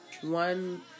One